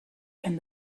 and